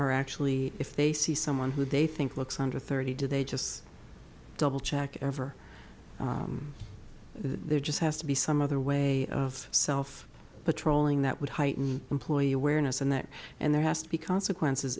are actually if they see someone who they think looks under thirty do they just double check ever there just has to be some other way of self patrolling that would heighten employee awareness and that and there has to be consequences